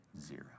zero